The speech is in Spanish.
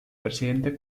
presidente